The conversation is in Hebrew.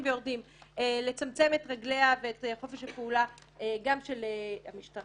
ויורדים לצמצם את רגליה ואת חופש הפעולה גם של המשטרה,